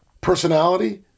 personality